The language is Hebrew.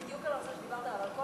בדיוק על הנושא שדיברת עליו,